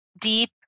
deep